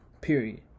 Period